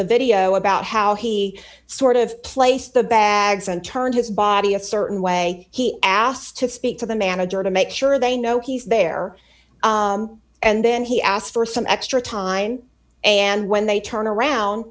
the video about how he sort of placed the bags and turned his body a certain way he asked to speak to the manager to make sure they know he's there and then he asked for some extra time and when they turn around